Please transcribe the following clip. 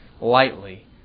lightly